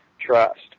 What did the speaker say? trust